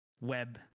web